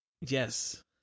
Yes